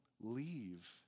leave